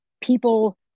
people